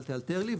אל תאלתר לי,